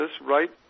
right